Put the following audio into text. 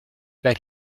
that